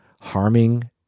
harming